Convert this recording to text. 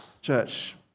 Church